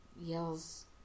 yells